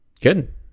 Good